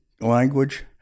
language